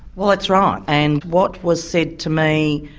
well that's right. and what was said to me,